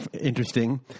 interesting